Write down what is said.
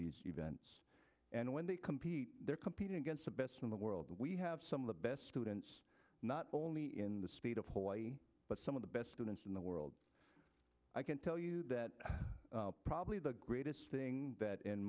these events and when they compete they're competing against the best in the world we have some of the best students not only in the speed of hawaii but some of the best students in the world i can tell you that probably the greatest thing that in